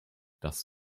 das